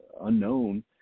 unknown